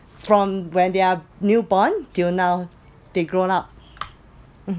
from when they’re newborn till now they grown up